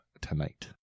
tonight